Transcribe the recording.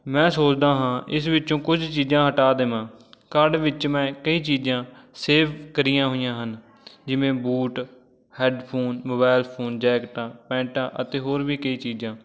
ਮੈਂ ਸੋਚਦਾ ਹਾਂ ਇਸ ਵਿੱਚੋਂ ਕੁਝ ਚੀਜ਼ਾਂ ਹਟਾ ਦੇਵਾਂ ਕਾਰਟ ਵਿੱਚ ਮੈਂ ਕਈ ਚੀਜ਼ਾਂ ਸੇਵ ਕਰੀਆਂ ਹੋਈਆਂ ਹਨ ਜਿਵੇਂ ਬੂਟ ਹੈੱਡਫੋਨ ਮੋਬਾਇਲ ਫ਼ੋਨ ਜੈਕਟਾਂ ਪੈਂਟਾਂ ਅਤੇ ਹੋਰ ਵੀ ਕਈ ਚੀਜ਼ਾਂ